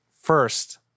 first